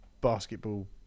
basketball